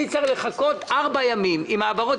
אני צריך לחכות ארבעה ימים עם העברות?